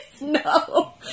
No